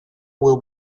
will